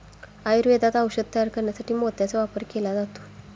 आयुर्वेदात औषधे तयार करण्यासाठी मोत्याचा वापर केला जातो